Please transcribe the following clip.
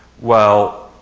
well,